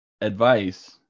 advice